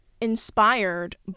inspired